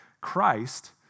Christ